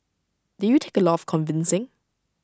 did you take A lot of convincing